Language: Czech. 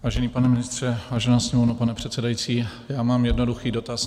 Vážený pane ministře, vážená Sněmovno, pane předsedající, já mám jednoduchý dotaz.